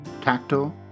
tactile